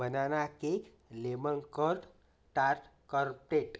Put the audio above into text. banana cake lemon curd tart कॉर्प्लेट